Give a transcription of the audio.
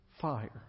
fire